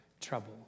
trouble